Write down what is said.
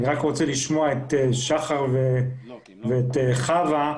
אני רק רוצה לשמוע את שחר ואת חוה,